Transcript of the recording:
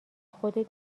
خودت